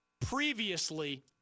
previously